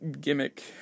gimmick